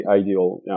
ideal